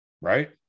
right